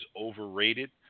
overrated